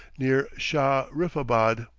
near shah-riffabad.